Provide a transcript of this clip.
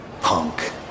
Punk